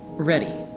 ready.